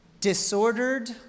disordered